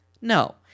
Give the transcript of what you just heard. No